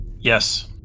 Yes